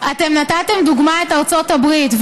אתם נתתם לדוגמה את ארצות הברית,